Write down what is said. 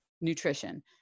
nutrition